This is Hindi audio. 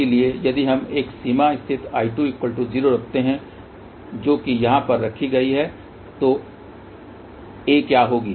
इसलिए यदि हम एक सीमा स्थिति I20 रखते हैं जो कि यहाँ पर रखी गई है तो A क्या होगी